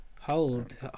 Hold